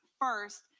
first